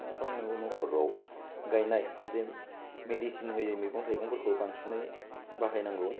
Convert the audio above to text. माखालामनांगौ न'खराव गाइनाय जे मेदिसिन होयै मैगं थाइगंफोरखौ बांसिनै बाहायनांगौ